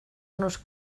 nos